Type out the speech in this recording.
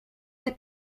del